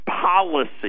policy